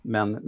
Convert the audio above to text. Men